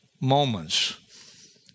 Moments